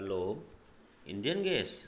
hello engine gas